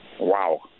Wow